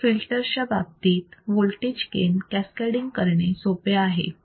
तर फिल्टर्सच्या बाबतीत वोल्टेज गेन कॅसकॅडिंग करणे सोपे आहे